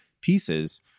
pieces